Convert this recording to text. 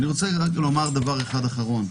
אני רוצה רק לומר דבר אחד אחרון.